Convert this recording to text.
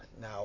now